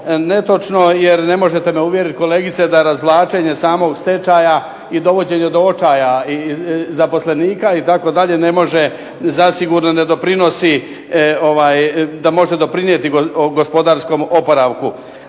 netočno jer ne možete me uvjeriti kolegice da razvlačenje samog stečaja i dovođenje do očaja i zaposlenika itd. ne može zasigurno da ne doprinosi da može doprinijeti gospodarskom oporavku.